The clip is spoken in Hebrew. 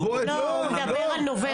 הוא מדבר על נובמבר.